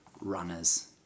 runners